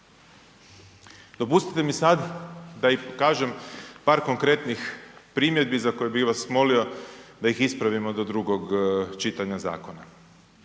Dopustite mi sad da i pokažem par konkretnih primjedbi za koje bih vas molimo da ih ispravimo do drugog čitanja zakona.